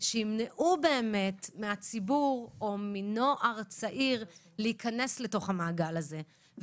שימנעו מהציבור או מנוער צעיר להיכנס לתוך המעגל הזה.